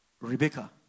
Rebecca